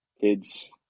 kids